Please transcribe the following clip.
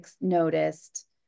noticed